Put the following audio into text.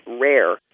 rare